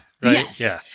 Yes